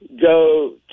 go